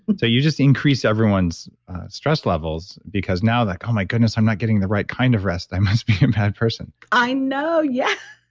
and so you just increased everyone's stress levels because now like, oh, my goodness. i'm not getting the right kind of rest. i must be a and bad person. i know, yeah.